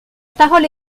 parole